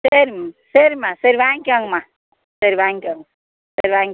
சரிம்மா சரிம்மா சரி வாங்கிக்கோங்கம்மா சரி வாங்கிக்கோங்க சரி வாங்கி